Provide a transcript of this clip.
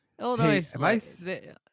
Illinois